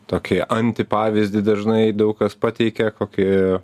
tokį antipavyzdį dažnai daug kas pateikia kokį